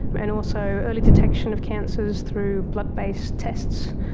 and also early detection of cancers through blood-based tests,